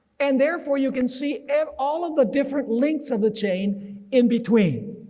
and therefore, you can see and all of the different lengths of the chain in between.